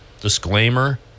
disclaimer